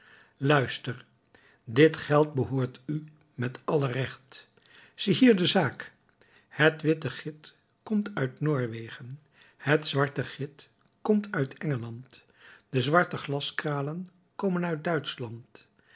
luister dit geld behoort u met alle recht ziehier de zaak het witte git komt uit noorwegen het zwarte git komt uit engeland de zwarte glaskralen komen uit duitschland